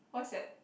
what's that